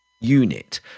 unit